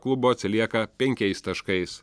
klubo atsilieka penkiais taškais